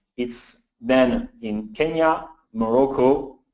it's then in kenya, morocco,